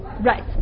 right